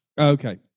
Okay